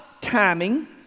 timing